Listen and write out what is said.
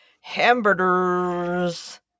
Hamburgers